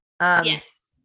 yes